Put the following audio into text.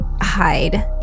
hide